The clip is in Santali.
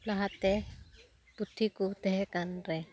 ᱞᱟᱦᱟᱛᱮ ᱯᱩᱛᱷᱤᱠᱚ ᱛᱟᱦᱮᱸᱠᱟᱱ ᱨᱮ